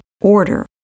order